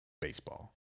baseball